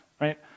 right